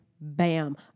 bam